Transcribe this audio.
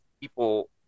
people